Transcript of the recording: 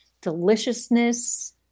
deliciousness